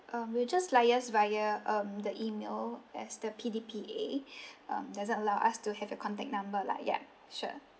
um we'll just liaise via um the email as the P_D_P_A um doesn't allow us to have your contact number lah ya sure